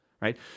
right